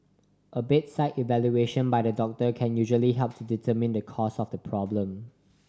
a bedside evaluation by the doctor can usually help to determine the cause of the problem